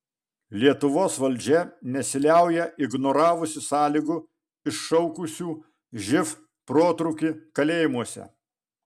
lietuvos valdžia nesiliauja ignoravusi sąlygų iššaukusių živ protrūkį kalėjimuose